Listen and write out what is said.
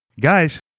Guys